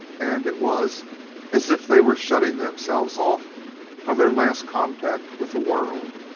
and it was as if they were shutting themselves off from their last contact with the world.